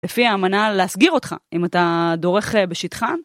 לפי האמנה להסגיר אותך אם אתה דורך בשטחן.